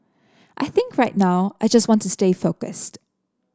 I think right now I just want to stay focused